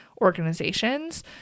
organizations